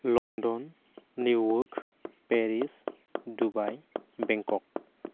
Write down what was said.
London New York Paris Dubai Bangkok